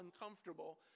uncomfortable